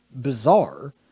bizarre